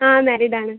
ആ മാരീഡ് ആണ്